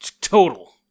Total